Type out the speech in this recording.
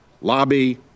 lobby